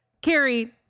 Carrie